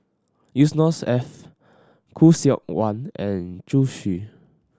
Yusnor Ef Khoo Seok Wan and Zhu Xu